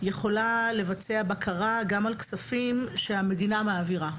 יכולה לבצע בקרה גם על כספים שהמדינה מעבירה,